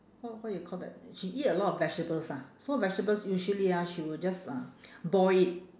what what you call that she eat a lot of vegetables ah so vegetables usually ah she will just ah boil it